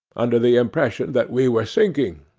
under the impression that we were sinking,